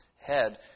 head